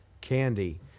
Candy